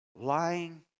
lying